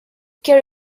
care